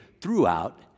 throughout